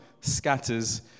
scatters